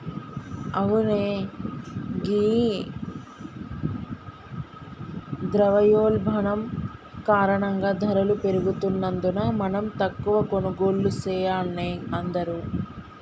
అవునే ఘీ ద్రవయోల్బణం కారణంగా ధరలు పెరుగుతున్నందున మనం తక్కువ కొనుగోళ్లు సెయాన్నే అందరూ